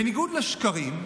בניגוד לשקרים,